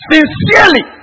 Sincerely